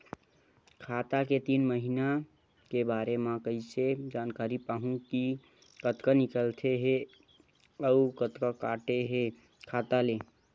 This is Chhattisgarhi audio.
खाता के तीन महिना के बारे मा कइसे जानकारी पाहूं कि कतका निकले हे अउ कतका काटे हे खाता ले?